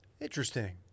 Interesting